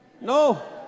No